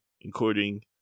including